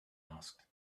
asked